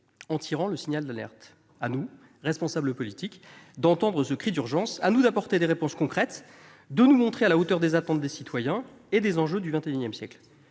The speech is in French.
en tirant le signal d'alerte. À nous, responsables politiques, d'entendre ce cri d'urgence. À nous d'apporter des réponses concrètes, en nous montrant à la hauteur des attentes des citoyens et des enjeux du XXI siècle.